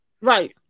Right